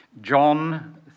john